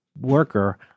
worker